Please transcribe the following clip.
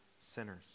sinners